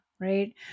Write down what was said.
right